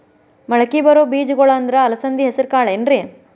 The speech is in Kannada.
ಮಳಕಿ ಬರೋ ಬೇಜಗೊಳ್ ಅಂದ್ರ ಅಲಸಂಧಿ, ಹೆಸರ್ ಕಾಳ್ ಏನ್ರಿ?